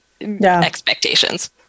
expectations